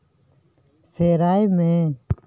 ᱥᱮᱸᱲᱟᱭ ᱢᱮ